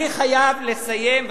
אני חייב לסיים,